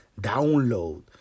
download